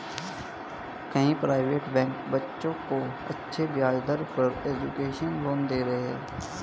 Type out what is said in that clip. कई private bank बच्चों को अच्छी ब्याज दर पर एजुकेशन लोन दे रहे है